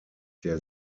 der